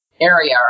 area